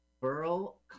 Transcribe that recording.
Burl